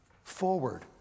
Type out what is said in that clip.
forward